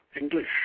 English